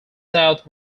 south